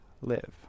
live